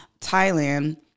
Thailand